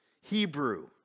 Hebrew